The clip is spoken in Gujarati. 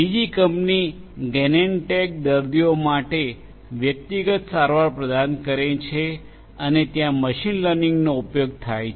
બીજી કંપની ગેનેનટેક દર્દીઓ માટે વ્યક્તિગત સારવાર પ્રદાન કરે છે અને ત્યાં મશીન લર્નિંગનો ઉપયોગ થાય છે